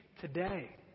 today